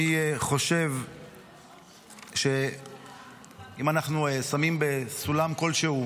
אני חושב שאם אנחנו שמים בסולם כלשהו